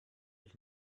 ich